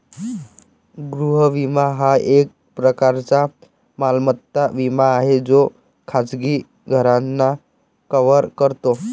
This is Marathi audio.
गृह विमा हा एक प्रकारचा मालमत्ता विमा आहे जो खाजगी घरांना कव्हर करतो